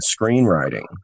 screenwriting